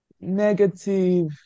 negative